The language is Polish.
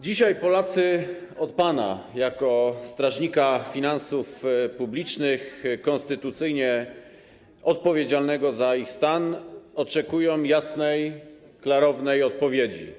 Dzisiaj Polacy od pana jako strażnika finansów publicznych konstytucyjnie odpowiedzialnego za ich stan oczekują jasnej, klarownej odpowiedzi.